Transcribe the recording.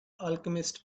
alchemist